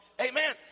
Amen